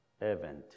event